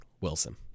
Wilson